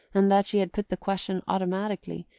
and that she had put the question automatically,